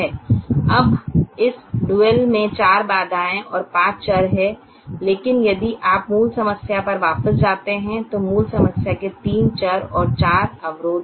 अब इस डुअल में चार बाधाएँ और पाँच चर हैं लेकिन यदि आप मूल समस्या पर वापस जाते हैं तो मूल समस्या के तीन चर और चार अवरोध थे